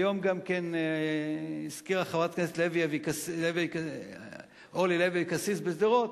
היום גם הזכירה חברת הכנסת אורלי לוי אבקסיס בשדרות,